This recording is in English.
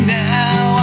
now